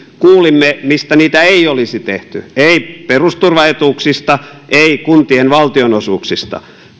kuulimme mistä niitä ei olisi tehty ei perusturvaetuuksista ei kuntien valtionosuuksista